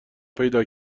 پیدا